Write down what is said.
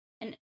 and-